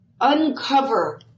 uncover